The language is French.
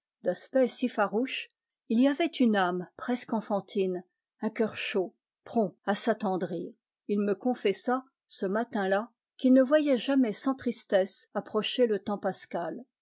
d'aspect si farouche il y avait une âme presque enfantine un cœur chaud prompt à s'attendrir il me confessa ce matin-là qu'il ne voyait jamais sans tristesse approcher le temps pascal